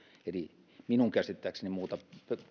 eli minun käsittääkseni muuta